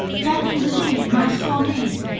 bending the knee in my sore need.